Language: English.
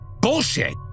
-"Bullshit